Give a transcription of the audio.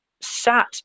Sat